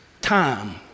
time